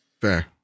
Fair